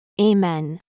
Amen